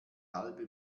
halbe